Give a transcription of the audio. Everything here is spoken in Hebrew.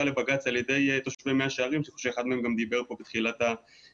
לבג"צ על ידי תושבי מאה שערים שאחד מהם גם דיבר פה בתחילת הדיון.